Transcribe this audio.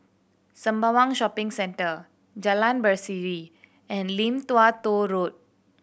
Sembawang Shopping Centre Jalan Berseri and Lim Tua Tow Road